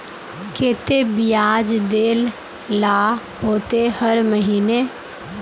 केते बियाज देल ला होते हर महीने?